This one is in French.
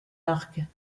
marques